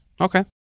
okay